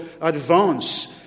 advance